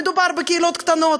מדובר בקהילות קטנות,